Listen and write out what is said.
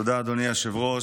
תודה, אדוני היושב-ראש.